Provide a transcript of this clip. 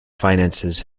finances